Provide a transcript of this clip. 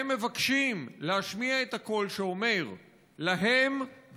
הם מבקשים להשמיע את הקול שאומר שלהם,